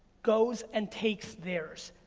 goes and takes theirs.